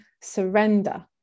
surrender